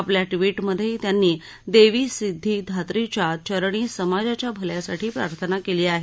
आपल्या ट्विट मध्येत्यांनी देवी सिद्धी धात्री च्या चरणी समाजाच्या भल्यासाठी प्रार्थना केली आहे